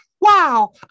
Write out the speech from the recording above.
wow